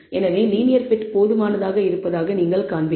எனவே linear fit போதுமானதாக இருப்பதாக நீங்கள் காண்கிறீர்கள்